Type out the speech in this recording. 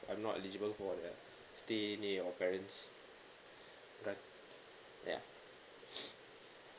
I'm not eligible for the stay near your parents grant ya